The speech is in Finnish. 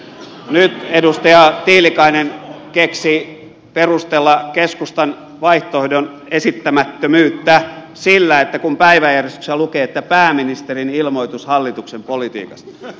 nyt edustaja tiilikainen keksi perustella keskustan vaihtoehdon esittämättömyyttä sillä että päiväjärjestyksessä lukee pääministerin ilmoitus hallituksen politiikasta